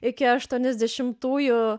iki aštuoniasdešimtųjų